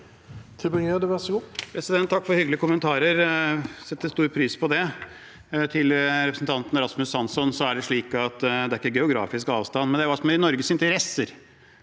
Takk for hyggelige kommentarer, jeg setter stor pris på det. Til representanten Rasmus Hansson: Det er ikke geografisk avstand, men det er hva som er i Norges interesse.